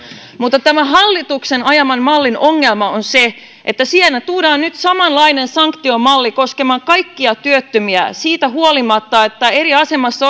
mutta tämän hallituksen ajaman mallin ongelma on se että siinä tuodaan nyt samanlainen sanktiomalli koskemaan kaikkia työttömiä siitä huolimatta että eri asemassa